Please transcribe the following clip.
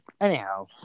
Anyhow